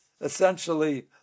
essentially